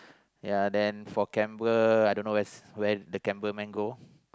yeah then for camera I don't where's the cameraman go